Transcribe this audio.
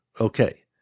Okay